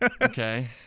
Okay